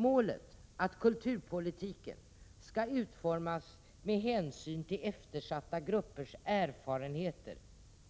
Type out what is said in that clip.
Målet att kulturpolitiken skall utformas med hänsyn till eftersatta gruppers erfarenheter